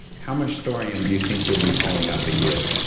how much thorium do you think you'll be pulling up a year?